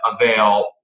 Avail